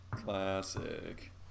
classic